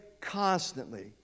constantly